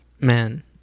man